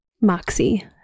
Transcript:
moxie